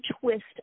twist